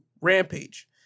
Rampage